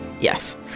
Yes